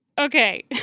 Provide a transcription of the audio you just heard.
Okay